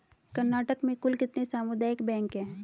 कर्नाटक में कुल कितने सामुदायिक बैंक है